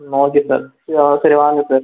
okay sir சரி சரி வாங்க சார்